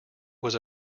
was